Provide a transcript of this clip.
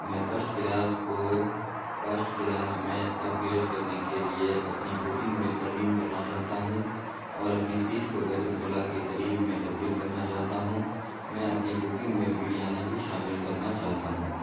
میں first class کو first class میں اپ گریٹ کرنے کے لیے اپنی بکنگ میں ترمیم کرنا چاہتا ہوں اور اپنی سیٹ کو بیت الخلا کے قریب میں تبدیل کرنا چاہتا ہوں میں اپنی بکنگ میں بریانی بھی شامل کرنا چاہتا ہوں